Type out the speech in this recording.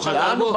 הוא חזר בו?